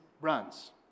runs